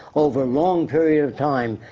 over long periods of time,